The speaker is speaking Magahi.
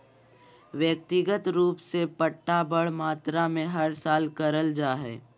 व्यक्तिगत रूप से पट्टा बड़ मात्रा मे हर साल करल जा हय